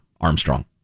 Armstrong